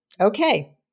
okay